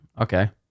okay